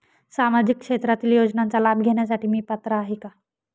सामाजिक क्षेत्रातील योजनांचा लाभ घेण्यास मी पात्र आहे का?